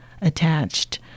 attached